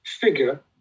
figure